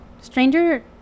Stranger